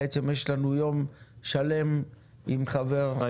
זה יהיה בישיבה הבאה בסדר היום.